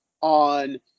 on